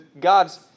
God's